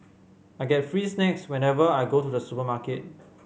I get free snacks whenever I go to the supermarket